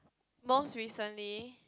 most recently